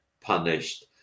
punished